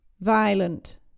Violent